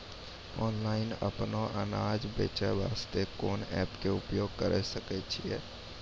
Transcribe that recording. Online अपनो अनाज बेचे वास्ते कोंन एप्प के उपयोग करें सकय छियै?